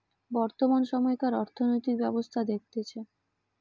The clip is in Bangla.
বর্তমান সময়কার অর্থনৈতিক ব্যবস্থা দেখতেছে